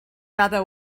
cada